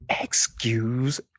Excuse